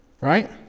right